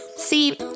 See